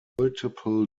multiple